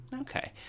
Okay